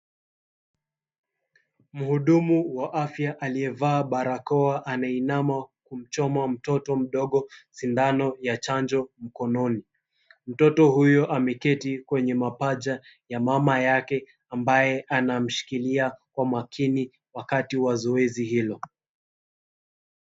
Mhudumu wa afya aliyevaa barakoa anainama kumchoma mtoto mdogo sindano ya chanjo mkononi. Mtoto huyo ameketi kwenye mapaja ya mama yake ambaye anamshikilia kwa makini wakati wa zoezi hilo.